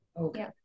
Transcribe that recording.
Okay